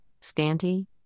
scanty